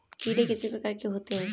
कीड़े कितने प्रकार के होते हैं?